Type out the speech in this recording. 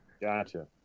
Gotcha